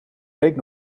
week